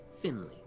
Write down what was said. Finley